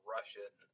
Russian